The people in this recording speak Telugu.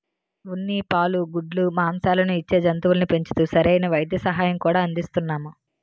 ఉన్ని, పాలు, గుడ్లు, మాంససాలను ఇచ్చే జంతువుల్ని పెంచుతూ సరైన వైద్య సహాయం కూడా అందిస్తున్నాము